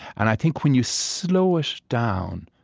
and i think when you slow it down,